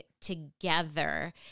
together